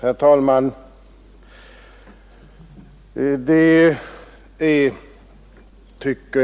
Nr 58 Herr talman!